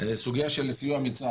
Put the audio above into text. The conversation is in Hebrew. סוגיה של סיוע מצה"ל,